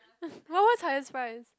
what what's highest prize